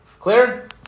Clear